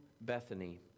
Bethany